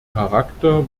charakter